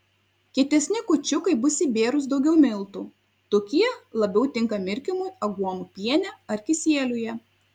kietesni kūčiukai bus įbėrus daugiau miltų tokie labiau tinka mirkymui aguonų piene ar kisieliuje